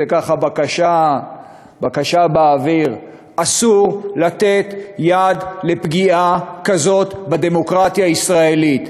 זה ככה בקשה באוויר: אסור לתת יד לפגיעה כזאת בדמוקרטיה הישראלית.